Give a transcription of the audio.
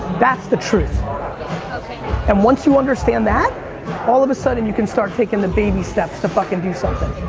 that's the truth ok and once you understand that all of a sudden you can start taking the baby steps to fucking do something